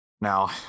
Now